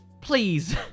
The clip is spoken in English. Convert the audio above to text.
please